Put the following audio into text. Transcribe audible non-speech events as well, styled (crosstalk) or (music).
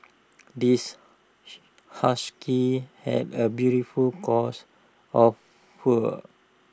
this (unintelligible) husky has A beautiful coats of fur